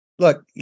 Look